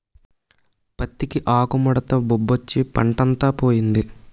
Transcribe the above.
పత్తికి ఆకుముడత జబ్బొచ్చి పంటంతా పోయింది